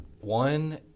one